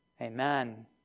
Amen